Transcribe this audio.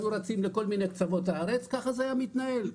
היו רצים לכל מיני קצוות הארץ ככה זה היה מתנהל,